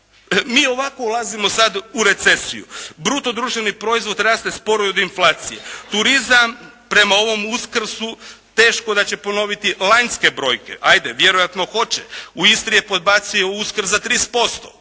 Mi ovako ulazimo sada u recesiju. Bruto društveni proizvod raste sporije od inflacije, turizam prema ovom Uskrsu teško da će ponoviti lanjske brojke. Ajde, vjerojatno hoće. U Istri je podbacio Uskrs za 30%,